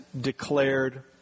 declared